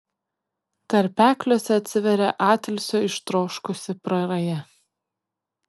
tarpekliuose atsiveria atilsio ištroškusi praraja